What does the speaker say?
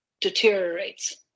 deteriorates